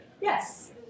Yes